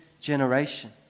generation